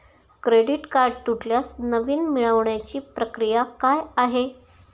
Credit card तुटल्यास नवीन मिळवण्याची प्रक्रिया काय आहे?